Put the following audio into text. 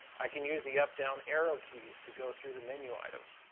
i can use the up down arrow keys to go through the menu items.